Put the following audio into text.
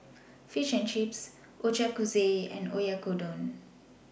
Fish and Chips Ochazuke and Oyakodon